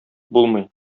булмый